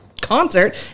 concert